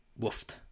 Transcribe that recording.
Woofed